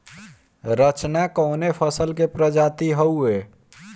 रचना कवने फसल के प्रजाति हयुए?